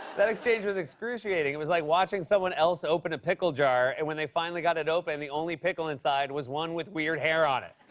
that exchange was excruciating. it was like watching someone else open a pickle jar, and when they finally got it open, the only pickle inside was one with weird hair on it.